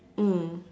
mm